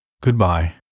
Goodbye